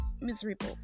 miserable